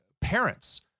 parents